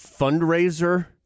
fundraiser